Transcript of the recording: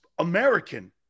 American